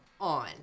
on